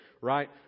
Right